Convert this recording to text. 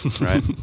right